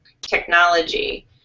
technology